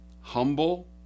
humble